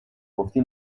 گفتی